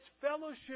fellowship